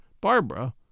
Barbara